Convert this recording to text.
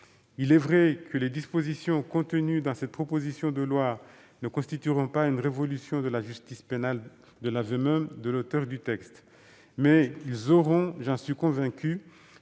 Il est vrai que les dispositions contenues dans cette proposition de loi n'entraîneront pas une révolution de la justice pénale, de l'aveu même de l'auteur du texte, mais elles auront, j'en suis convaincu,